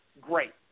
Great